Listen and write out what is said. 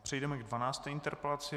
Přejdeme k dvanácté interpelaci.